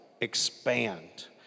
expand